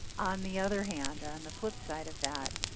on the other hand or on the flip side of that,